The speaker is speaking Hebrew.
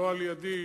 לא על-ידי,